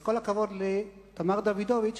אז כל הכבוד לתמר דוידוביץ,